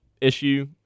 issue